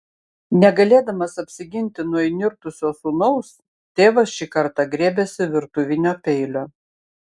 negalėdamas apsiginti nuo įnirtusio sūnaus tėvas šį kartą griebėsi virtuvinio peilio